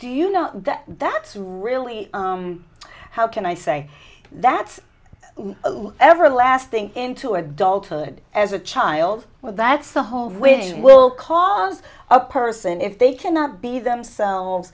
do you know that that's really how can i say that's everlasting into adulthood as a child well that's the whole winning will cause a person if they cannot be themselves